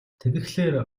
тэгэхлээр